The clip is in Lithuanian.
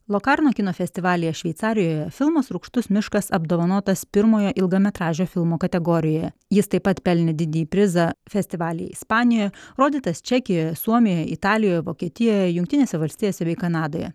lokarno kino festivalyje šveicarijoje filmas rūgštus miškas apdovanotas pirmojo ilgametražio filmo kategorijoje jis taip pat pelnė didįjį prizą festivalyje ispanijoje rodytas čekijoje suomijoje italijoje vokietijoje jungtinėse valstijose bei kanadoje